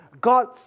God